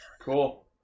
Cool